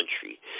country